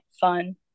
fun